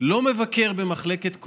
לא מבקר במחלקת קורונה,